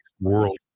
World